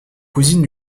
cousine